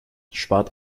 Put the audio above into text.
spart